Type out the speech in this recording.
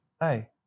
Hey